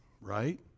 Right